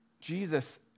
Jesus